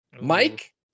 Mike